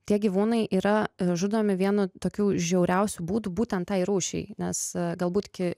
tie gyvūnai yra žudomi vienu tokiu žiauriausiu būdu būtent tai rūšiai nes galbūt ki